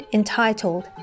entitled